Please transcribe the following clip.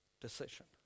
decision